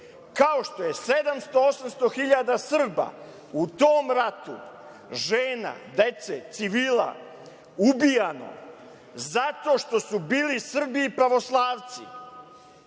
kao što je 700-800 hiljada Srba u tom ratu, žena, dece, civila, ubijano zato što su bili Srbi i pravoslavci.